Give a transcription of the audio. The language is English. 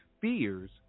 fears